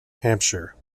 hampshire